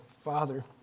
Father